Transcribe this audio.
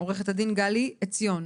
עורכת הדין גלי עציון